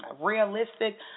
Realistic